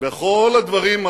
מה עם ההבטחות לסטודנטים?